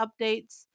updates